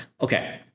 okay